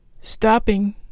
stopping